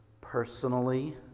personally